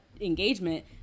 engagement